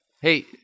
Hey